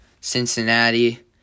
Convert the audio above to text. Cincinnati